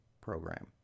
program